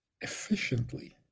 efficiently